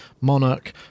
Monarch